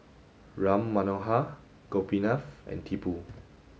Ram Manohar Gopinath and Tipu